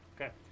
Okay